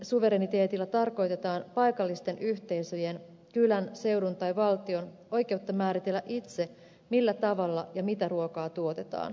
ruokasuvereniteetilla tarkoitetaan paikallisten yhteisöjen kylän seudun tai valtion oikeutta määritellä itse millä tavalla ja mitä ruokaa tuotetaan